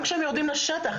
גם כשהם יורדים לשטח,